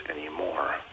anymore